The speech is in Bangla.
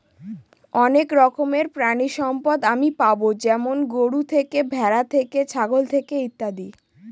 অনেক রকমের প্রানীসম্পদ আমি পাবো যেমন গরু থেকে, ভ্যাড়া থেকে, ছাগল থেকে ইত্যাদি